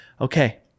okay